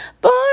Born